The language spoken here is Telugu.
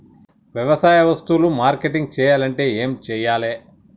వ్యవసాయ వస్తువులు మార్కెటింగ్ చెయ్యాలంటే ఏం చెయ్యాలే?